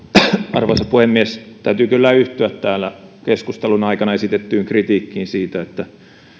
arvoisa puhemies täytyy kyllä yhtyä täällä keskustelun aikana esitettyyn kritiikkiin siitä että